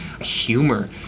humor